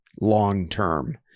long-term